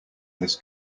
this